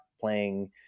playing